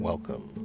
Welcome